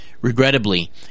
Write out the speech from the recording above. Regrettably